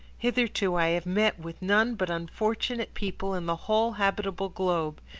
hitherto i have met with none but unfortunate people in the whole habitable globe,